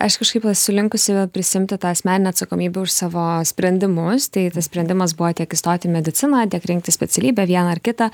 aš kažkaip esu linkusi prisiimti tą asmeninę atsakomybę už savo sprendimus tai tas sprendimas buvo tiek įstot į mediciną tiek rinktis specialybę vieną ar kitą